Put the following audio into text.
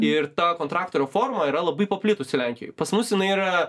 ir ta kontraktorio forma yra labai paplitusi lenkijoj pas mus jinai yra